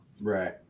right